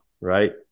right